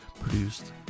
produced